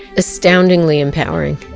astoundingly empowering.